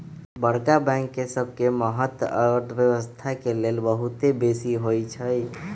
बड़का बैंक सबके महत्त अर्थव्यवस्था के लेल बहुत बेशी होइ छइ